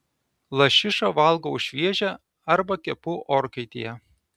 lašišą valgau šviežią arba kepu orkaitėje